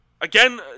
Again